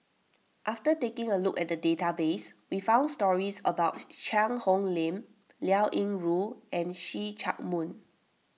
after taking a look at the database we found stories about Cheang Hong Lim Liao Yingru and See Chak Mun